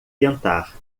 tentar